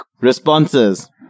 responses